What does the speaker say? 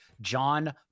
John